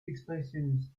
expressionniste